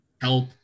help